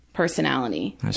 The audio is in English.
personality